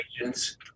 agents